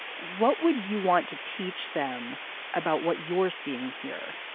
what would you want to teach them about what you are seeing here